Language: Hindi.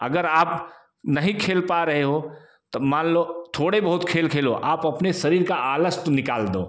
अगर आप नहीं खेल पा रहे हो तो मान लो थोड़े बहुत खेल खेलो आप अपने शरीर का आलस तो निकाल दो